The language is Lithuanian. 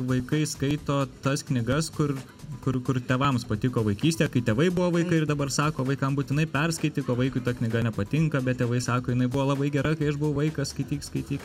vaikai skaito tas knygas kur kur kur tėvams patiko vaikystėje kai tėvai buvo vaikai ir dabar sako vaikam būtinai perskaityk o vaikui ta knyga nepatinka bet tėvai sako jinai buvo labai gera kai aš buvau vaikas skaityk skaityk